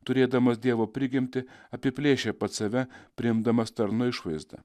turėdamas dievo prigimtį apiplėšė pats save priimdamas tarno išvaizdą